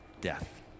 death